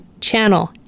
channel